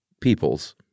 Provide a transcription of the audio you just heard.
peoples